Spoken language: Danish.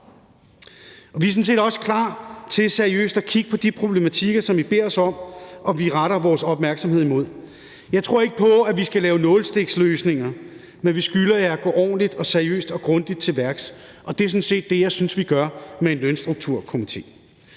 set også klar til seriøst at kigge på de problematikker, som I beder os om, og vi retter vores opmærksomhed imod det. Jeg tror ikke på, at vi skal lave nålestiksløsninger, men vi skylder jer at gå ordentligt og seriøst og grundigt til værks, og det er sådan set det, jeg synes vi gør med en lønstrukturkomité.